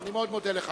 אני מאוד מודה לך.